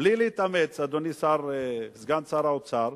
בלי להתאמץ, אדוני סגן שר האוצר,